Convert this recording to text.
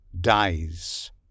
dies